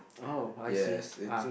oh I see ah